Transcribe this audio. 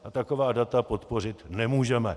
A taková data podpořit nemůžeme.